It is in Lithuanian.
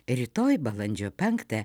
rytoj balandžio penktą